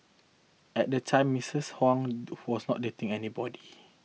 at the time Mistress Huang was not dating anybody